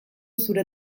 zure